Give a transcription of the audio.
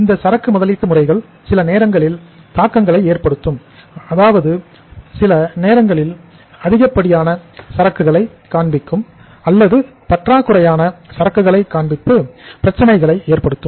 இந்த சரக்கு முதலீட்டு முறைகள் சில நேரங்களில் தாக்கங்களை ஏற்படுத்தும் அதாவது சில நேரங்களில் அதிகப்படியான சரக்குகளை காண்பிக்கும் அல்லது பற்றாக்குறையான சரக்குகளை காண்பித்து பிரச்சனைகளை ஏற்படுத்தும்